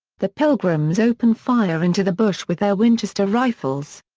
the pilgrims open fire into the bush with their winchester rifles.